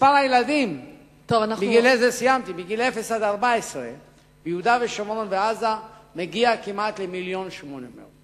מספר הילדים בני ה-0 14 ביהודה ושומרון ועזה מגיע כמעט ל-1.8 מיליון.